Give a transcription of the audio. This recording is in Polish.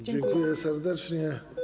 Dziękuję serdecznie.